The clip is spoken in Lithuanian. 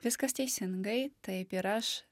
viskas teisingai taip ir aš